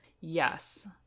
Yes